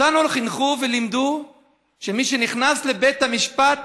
אותנו חינכו ולימדו שמי שנכנס לבית המשפט,